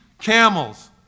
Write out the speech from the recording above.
camels